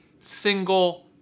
single